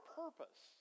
purpose